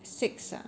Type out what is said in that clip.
six ah